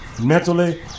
Mentally